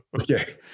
Okay